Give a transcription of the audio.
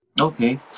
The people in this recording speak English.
Okay